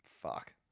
Fuck